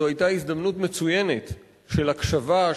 זו היתה הזדמנות מצוינת של הקשבה,